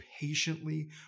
patiently